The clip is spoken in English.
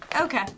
Okay